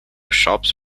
shops